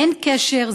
אין קשר,